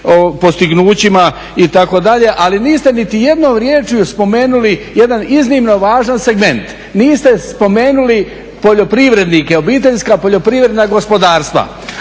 postignućima, itd., ali niste niti jednom rječju spomenuli jedan iznimno važan segment. Niste spomenuli poljoprivrednike, obiteljska poljoprivredna gospodarstva,